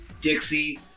Dixie